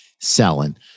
selling